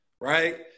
right